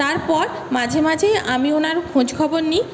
তারপর মাঝে মাঝেই আমি ওঁর খোঁজখবর নিই